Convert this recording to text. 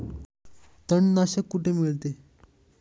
तणनाशक कुठे मिळते?